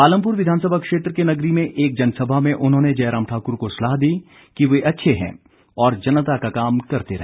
पालमपुर विधानसभा क्षेत्र के नगरी में एक जनसभा में उन्होंने जयराम ठाक्र को सलाह दी कि वे अच्छे हैं और जनता का काम करते रहे